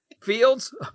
Fields